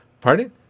pardon